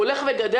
הוא הולך וגדל.